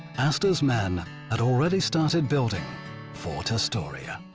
astor's men had already started building fort astoria.